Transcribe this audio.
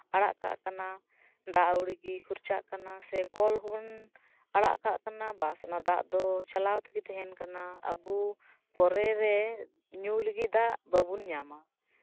ᱟᱲᱟᱜ ᱠᱟᱜ ᱠᱟᱱᱟ ᱫᱟ ᱟᱹᱣᱲᱤ ᱜᱮ ᱠᱷᱚᱨᱪᱟᱜ ᱠᱟᱱᱟ ᱥᱮ ᱠᱚᱞ ᱨᱮᱦᱚᱸ ᱵᱚᱱ ᱟᱲᱟᱜ ᱠᱟᱜ ᱠᱟᱱᱟ ᱚᱱᱟ ᱫᱟᱜ ᱫᱚ ᱪᱟᱞᱟᱣ ᱛᱮᱜᱮ ᱛᱟᱸᱦᱮᱱ ᱠᱟᱱᱟ ᱟᱵᱚ ᱯᱚᱨᱮ ᱨᱮ ᱧᱩ ᱞᱟᱹᱜᱤᱫ ᱫᱟᱜ ᱵᱟᱵᱚᱱ ᱧᱟᱢᱟ